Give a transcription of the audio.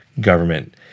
government